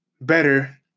better